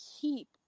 keep